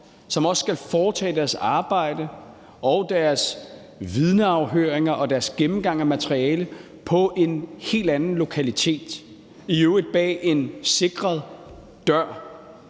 som også skal foretage deres arbejde og deres vidneafhøringer og deres gennemgang af materialet på en helt anden lokalitet – i øvrigt bag en sikret dør.